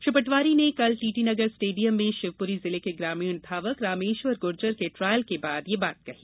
श्री पटवारी ने कल TT Nagar stadium में शिवपुरी जिले के ग्रामीण धावक रामेश्वर गुर्जर के ट्रायल के बाद यह बात कही